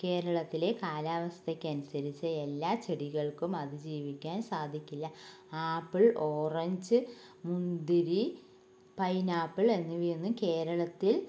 കേരളത്തിലെ കാലാവസ്ഥയ്ക്കനുസരിച്ച് എല്ലാ ചെടികൾക്കും അതിജീവിക്കാൻ സാധിക്കില്ല ആപ്പിൾ ഓറഞ്ച് മുന്തിരി പൈനാപ്പിൾ എന്നിവയൊന്നും കേരളത്തിൽ